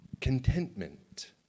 contentment